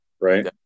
right